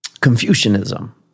Confucianism